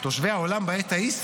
או תושבי העולם בעת ההיא,